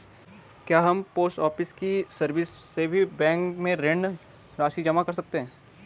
क्या हम post office की सर्विस से भी बैंक में ऋण राशि जमा कर सकते हैं?